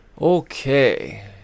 Okay